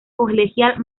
colegial